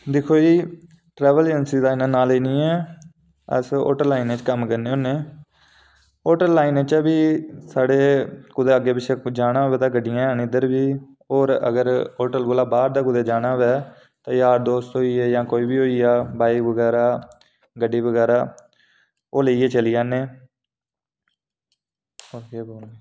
दिक्खो जी travel agency दा इन्ना नालेज निं ऐ अस होटल लाइन च कम्म करने होन्ने होटल लाइन च बी साढ़े कुदै अग्गें पिच्छें कुदै जाना होऐ तां गड्डियां हैन इद्धर बी होर अगर होटल कोला बाह्र कुदै जाना होऐ तां यार दोस्त होई गे जां कोई बी होई गेआ भाई बगैरा गड्डी बगैरा ओह् लेइयै चली जन्ने